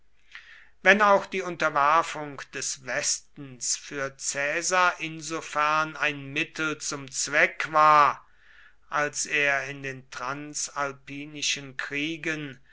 wenn auch die unterwerfung des westens für caesar insofern ein mittel zum zweck war als er in den transalpinischen kriegen